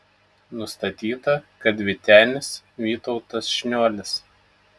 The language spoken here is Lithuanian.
nustatyta kad vytenis vytautas šniuolis